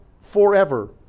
forever